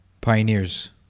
Pioneers